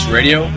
Radio